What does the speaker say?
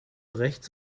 rechts